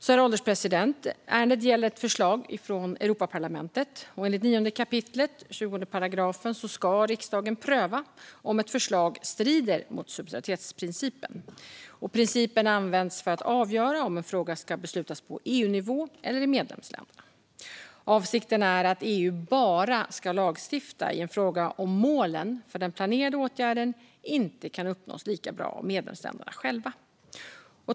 Herr ålderspresident! Ärendet gäller ett förslag från Europaparlamentet. Enligt 9 kap. 20 § riksdagsordningen ska riksdagen pröva om ett förslag strider mot subsidiaritetsprincipen. Principen används för att avgöra om en fråga ska beslutas på EU-nivå eller i medlemsländerna. Avsikten är att EU bara ska lagstifta i en fråga om målen för den planerade åtgärden inte kan uppnås lika bra av medlemsländerna själva.